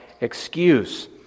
excuse